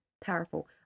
powerful